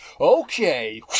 Okay